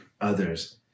others